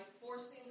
forcing